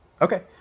Okay